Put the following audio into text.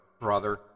brother